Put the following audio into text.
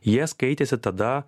jie skaitėsi tada